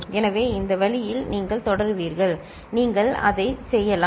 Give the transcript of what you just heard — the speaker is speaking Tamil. எனவே இந்த வழியில் நீங்கள் தொடருவீர்கள் நீங்கள் அதைச் செய்யலாம்